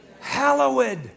hallowed